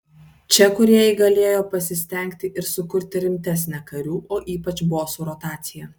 čia kūrėjai galėjo pasistengti ir sukurti rimtesnę karių o ypač bosų rotaciją